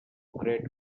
great